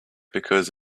because